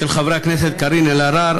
של חברי הכנסת קארין אלהרר,